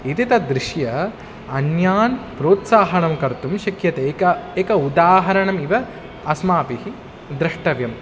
इति तत् दृष्ट्वा अन्यान् प्रोत्साहनं कर्तुं शक्यते क एकम् उदाहरणम् इव अस्माभिः द्रष्टव्यम्